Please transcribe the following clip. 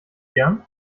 gern